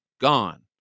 gone